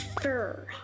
fur